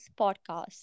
podcast